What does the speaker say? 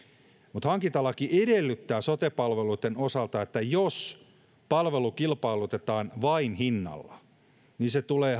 mutta hankintalaki edellyttää sote palveluitten osalta että jos palvelu kilpailutetaan vain hinnalla niin hankintayksikön tulee